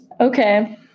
Okay